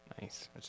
Nice